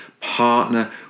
partner